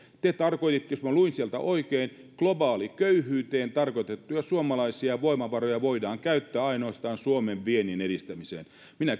te tarkoititte jos minä luin sieltä oikein että globaaliköyhyyteen tarkoitettuja suomalaisia voimavaroja voidaan käyttää ainoastaan suomen vienninedistämiseen minä